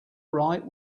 right